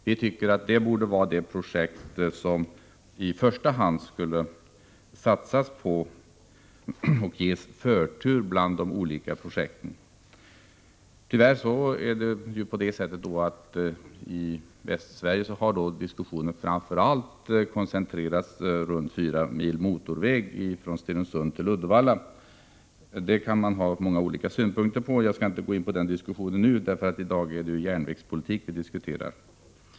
Vi tycker att den borde vara det som man i första hand skulle satsa på och ge förtur bland de olika projekten. Tyvärr har Riktlinjer för järndiskussionen i Västsverige framför allt koncentrerats runt 4 mil motorväg ä. 0 från Stenungsund till Uddevalla. Här kan man ha många olika synpunkter, vägspolitiken men jag skall inte gå in på den diskussionen nu; i dag är det ju järnvägspolitiken vi diskuterar.